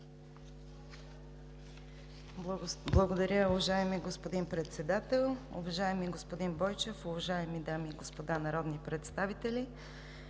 Благодаря, уважаеми господин Председател. Уважаеми господин Миховски, уважаеми дами и господа народни представители!